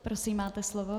Prosím, máte slovo.